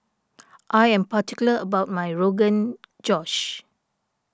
I am particular about my Rogan Josh